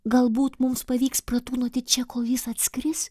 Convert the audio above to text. galbūt mums pavyks pratūnoti čia kol jis atskris